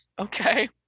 Okay